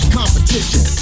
competition